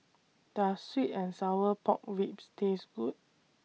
Does Sweet and Sour Pork Ribs Taste Good